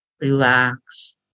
relax